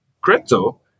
crypto